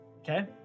Okay